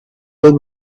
with